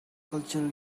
culture